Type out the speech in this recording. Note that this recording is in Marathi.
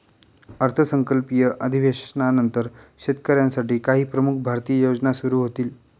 अर्थसंकल्पीय अधिवेशनानंतर शेतकऱ्यांसाठी काही प्रमुख भारतीय योजना सुरू होतील